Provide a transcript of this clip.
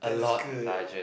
that's good